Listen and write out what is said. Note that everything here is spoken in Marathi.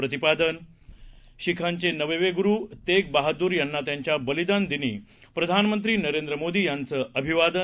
आरोप शिखांचे नववे गुरु तेगबहादूर यांना त्यांच्या बलिदान दिनी प्रधानमंत्री नरेंद्र मोदी यांचं अभिवादन